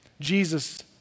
Jesus